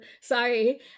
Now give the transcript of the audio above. sorry